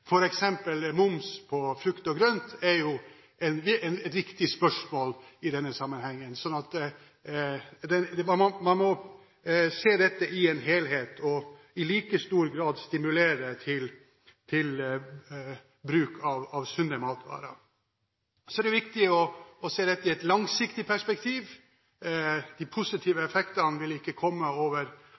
er moms på frukt og grønt et viktig spørsmål i denne sammenhengen. Man må se dette i en helhet og i like stor grad stimulere til bruk av sunne matvarer. Så er det viktig å se på dette i et langsiktig perspektiv. De positive effektene vil ikke komme over